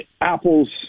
Apples